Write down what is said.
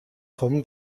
komme